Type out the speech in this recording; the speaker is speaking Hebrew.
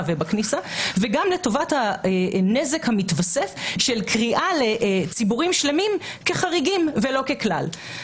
ובכניסה וגם לטובת הנזק המתווסף של קריאה לציבורים שלמים כחריגים ולא ככלל.